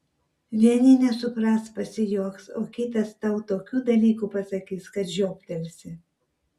vieni nesupras pasijuoks o kitas tau tokių dalykų pasakys kad žioptelsi